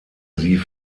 sie